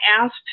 asked